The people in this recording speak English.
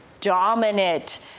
dominant